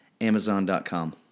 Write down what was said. Amazon.com